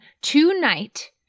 tonight